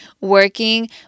working